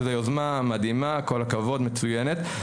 שזו יוזמה מדהימה כל הכבוד מצויינת,